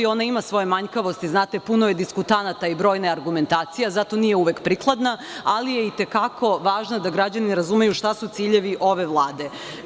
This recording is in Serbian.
Ona ima svoje manjkavosti, puno je diskutanata i brojne argumentacije i zato nije uvek prikladna, ali je i te kako važna da građani razumeju šta su ciljevi ove Vlade.